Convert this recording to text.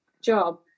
job